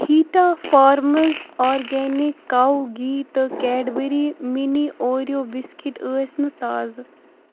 ہیٖٹا farms organic cow ghee تہٕ Cadbury mini Oreo biscuit ٲسۍ نہٕ تازٕ